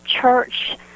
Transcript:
church